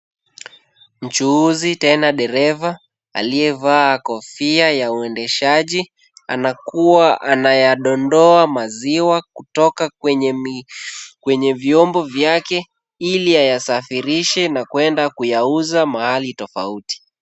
Mchuhuzi tena dereva, aliyevaa kofia ya uendeshaji, anakuwa anayadondoa maziwa kutoka kwenye vyombo vyake, ili yasafirishe na kwenda kuyauza mahali tofauti.